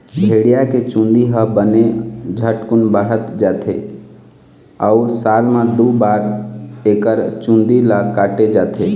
भेड़िया के चूंदी ह बने झटकुन बाढ़त जाथे अउ साल म दू बार एकर चूंदी ल काटे जाथे